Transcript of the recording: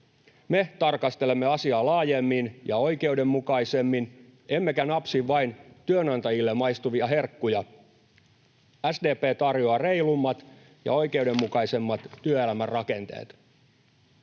Me tarkastelemme asiaa laajemmin ja oikeudenmukaisemmin, emmekä napsi vain työnantajille maistuvia herkkuja. SDP tarjoaa reilummat ja oikeudenmukaisemmat työelämän rakenteet.